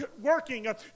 working